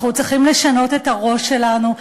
אנחנו צריכים לשנות את הראש שלנו,